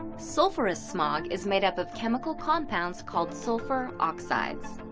sulfurous smog is made up of chemical compounds called sulfur oxides.